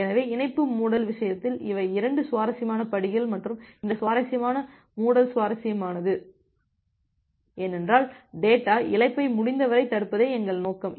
எனவே இணைப்பு மூடல் விஷயத்தில் இவை 2 சுவாரஸ்யமான படிகள் மற்றும் இந்த இணைப்பு மூடல் சுவாரஸ்யமானது ஏனென்றால் டேட்டா இழப்பை முடிந்தவரை தடுப்பதே எங்கள் நோக்கம்